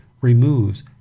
removes